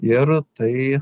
ir tai